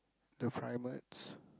the primates